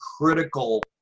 critical